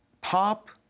Pop